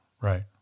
right